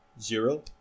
zero